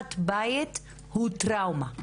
הריסת בית הוא טראומה,